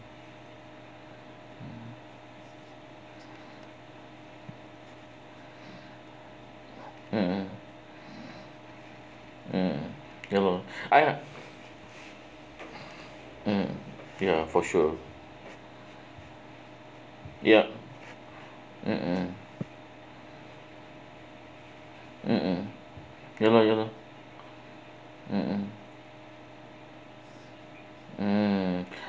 mmhmm mm ya lor I have mm ya for sure ya mmhmm mmhmm ya lor ya lor mmhmm mm